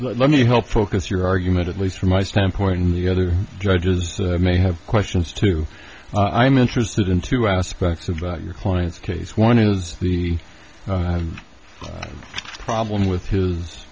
let me help focus your argument at least from my standpoint and the other judges may have questions too i am interested in two aspects of your client's case one is the problem with his